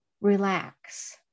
relax